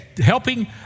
Helping